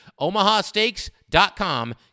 OmahaSteaks.com